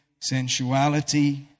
sensuality